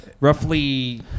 roughly